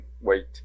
wait